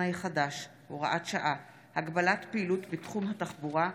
החדש (הוראת שעה) (הגבלת פעילות בתחום התחבורה)